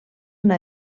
una